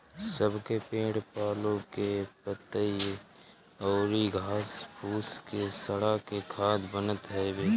सब पेड़ पालो के पतइ अउरी घास फूस के सड़ा के खाद बनत हवे